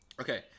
Okay